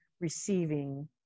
receiving